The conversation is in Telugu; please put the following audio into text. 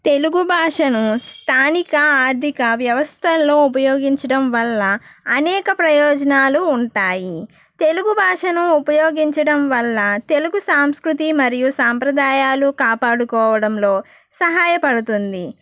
తెలుగు భాషను స్థానిక ఆర్థిక వ్యవస్థల్లో ఉపయోగించడం వల్ల అనేక ప్రయోజనాలు ఉంటాయి తెలుగు భాషను ఉపయోగించడం వల్ల తెలుగు సాంస్కృతి మరియు సాంప్రదాయాలు కాపాడుకోవడంలో సహాయపడుతుంది